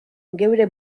geure